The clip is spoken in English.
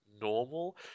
normal